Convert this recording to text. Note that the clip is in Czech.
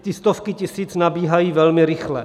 Ty stovky tisíc nabíhají velmi rychle.